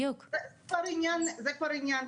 זה כבר עניין טכני.